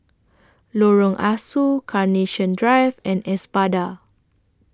Lorong Ah Soo Carnation Drive and Espada